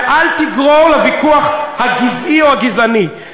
ואל תגרור לוויכוח הגזעי או הגזעני,